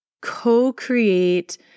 co-create